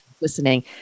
listening